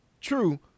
True